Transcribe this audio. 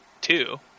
two